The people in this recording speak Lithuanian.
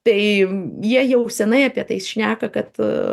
tai jie jau senai apie tai šneka kad